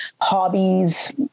hobbies